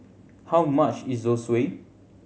how much is Zosui